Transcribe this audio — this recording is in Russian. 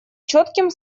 четким